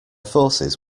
forces